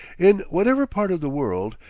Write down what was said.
in whatever part of the world,